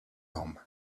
home